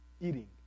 eating